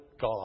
God